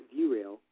ViewRail